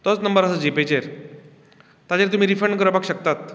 तोच नंबर आसा जीपेचेर ताचेर तुमी रिफंड करपाक शकतात